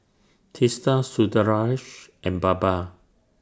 Teesta Sundaresh and Baba